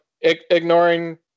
ignoring